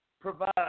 provide